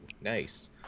Nice